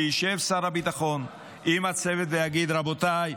שישב שר הביטחון עם הצוות ויגיד: רבותיי,